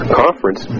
conference